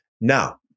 Now